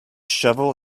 shovel